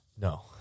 No